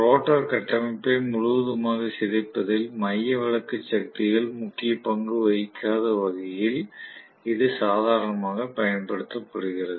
rotor கட்டமைப்பை முழுவதுமாக சிதைப்பதில் மையவிலக்கு சக்திகள் முக்கிய பங்கு வகிக்காத வகையில் இது சாதாரணமாக பயன்படுத்தப்படுகிறது